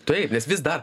taip nes vis dar